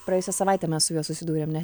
praėjusią savaitę mes su juo susidūrėm ne